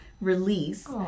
release